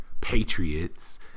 patriots